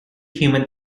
human